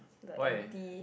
why